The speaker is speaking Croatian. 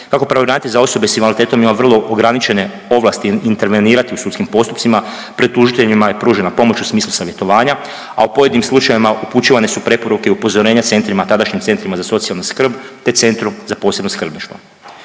Kako pravobranitelj za osobe s invaliditetom ima vrlo ograničene ovlasti intervenirati u sudskim postupcima pred tužiteljima je pružena pomoć u smislu savjetovanja, a u pojedinim slučajevima upućivane su preporuke upozorenja centrima, tadašnjim centrima za socijalnu skrb, te centru za posebno skrbništvo.